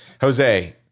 jose